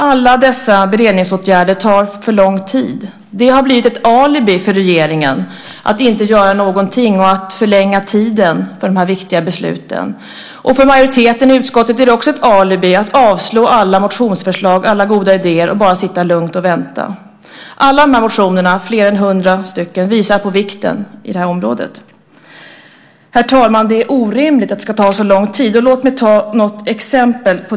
Alla dessa beredningsåtgärder tar för lång tid. Det har blivit ett alibi för regeringen att inte göra någonting utan förlänga tiden för dessa viktiga beslut. För majoriteten i utskottet är det också ett alibi för att avstyrka alla motionsförslag, alla goda idéer, och bara sitta lugnt och vänta. De fler än hundra motionerna visar på vikten av dessa frågor. Herr talman! Det är orimligt att det ska ta så lång tid. Låt mig ge ett exempel.